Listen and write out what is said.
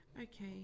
Okay